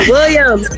William